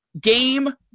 game